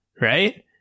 Right